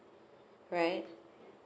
right